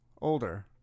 older